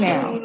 Now